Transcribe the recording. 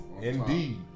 Indeed